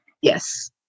Yes